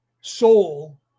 soul